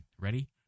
Ready